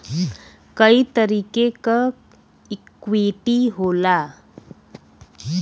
कई तरीके क इक्वीटी होला